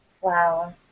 Wow